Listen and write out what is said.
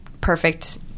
perfect